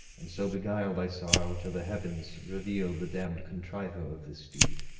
and so beguile thy sorrow, till the heavens reveal the damn'd contriver of this deed.